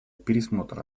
пересмотр